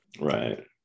right